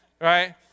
right